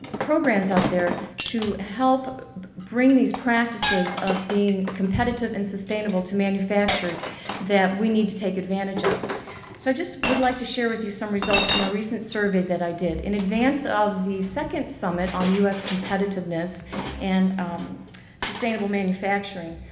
programs out there to help bring these practices of being competitive and sustainable to manufacturers that we need to take advantage of. so i just would like to share with you some results from a recent survey that i did. in advance of the second summit on u s. competitiveness and sustainable manufacturing,